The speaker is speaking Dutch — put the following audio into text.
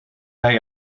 hij